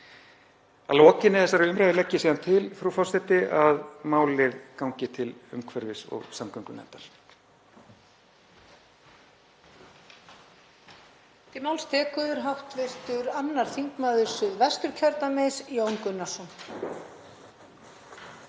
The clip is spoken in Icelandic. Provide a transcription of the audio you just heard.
Að lokinni þessari umræðu legg ég síðan til, frú forseti, að málið gangi til umhverfis- og samgöngunefndar.